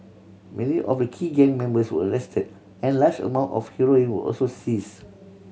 many of the key gang members were arrested and large amount of heroin were also seized